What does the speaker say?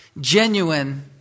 genuine